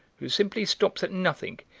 who simply stops at nothing,